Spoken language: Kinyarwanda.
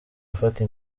afata